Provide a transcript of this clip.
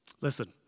Listen